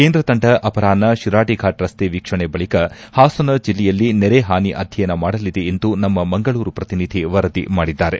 ಕೇಂದ್ರ ತಂಡ ಅಪರಾಹ್ನ ಶಿರಾಡಿ ಫಾಟ್ ರಸ್ತೆ ವೀಕ್ಷಣೆ ಬಳಿಕ ಹಾಸನ ಜಿಲ್ಲೆಯಲ್ಲಿ ನೆರೆ ಹಾನಿ ಅಧ್ಯಯನ ಮಾಡಲಿದೆ ಎಂದು ನಮ್ನ ಮಂಗಳೂರು ಪ್ರತಿನಿಧಿ ವರದಿ ಮಾಡಿದ್ದಾರೆ